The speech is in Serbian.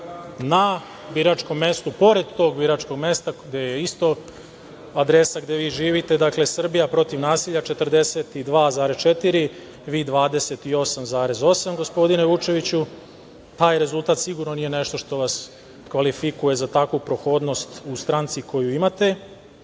Na biračkom mestu pored tog biračkog mesta, gde je isto adresa gde vi živite, dakle Srbija protiv nasilja 42,4%, vi 28,8%, gospodine Vučeviću. Taj rezultat sigurno nije nešto što vas kvalifikuje za takvu prohodnost u stranci koju imate.